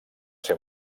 ser